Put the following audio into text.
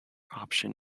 option